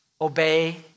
Obey